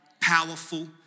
powerful